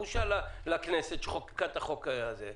בושה לכנסת שחוקקה את החוק הזה,